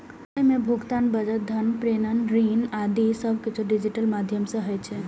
अय मे भुगतान, बचत, धन प्रेषण, ऋण आदि सब किछु डिजिटल माध्यम सं होइ छै